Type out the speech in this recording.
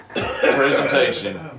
presentation